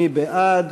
מי בעד?